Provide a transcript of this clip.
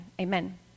Amen